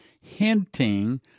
hinting